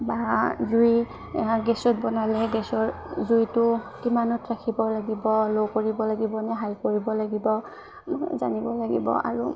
বা জুই গেছত বনালে গেছৰ জুইটো কিমানত ৰাখিব লাগিব ল' কৰিব লাগিব নে হাই কৰিব লাগিব জানিব লাগিব আৰু